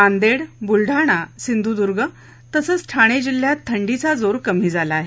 नांदेड बुलडाणा सिंधूदर्ग तसंच ठाणे जिल्ह्यांत थंडीचा जोर कमी झाला आहे